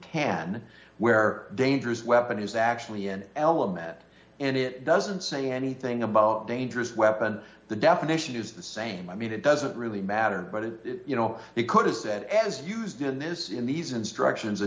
ten where dangerous weapon is actually an element and it doesn't say anything about dangerous weapon the definition is the same i mean it doesn't really matter but it you know it could is that as used in this in these instructions a